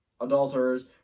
adulterers